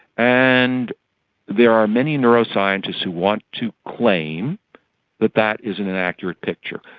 and there are many neuroscientists who want to claim that that is an inaccurate picture.